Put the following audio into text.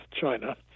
China